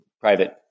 private